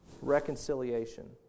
reconciliation